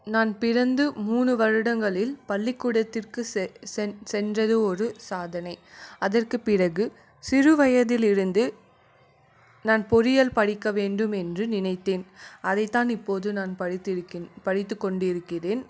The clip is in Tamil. நான் பிறந்து மூணு வருடங்களில் பள்ளிக்கூடத்திற்கு செ சென் சென்றது ஒரு சாதனை அதற்கு பிறகு சிறு வயதில் இருந்து நான் பொறியியல் படிக்க வேண்டும் என்று நினைத்தேன் அதை தான் இப்போது நான் படித்திருக்கேன் படித்து கொண்டு இருக்கிறேன்